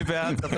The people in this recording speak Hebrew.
מי בעד?